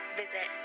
visit